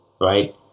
right